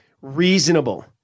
reasonable